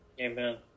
Amen